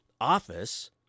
office